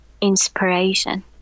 inspiration